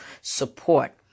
support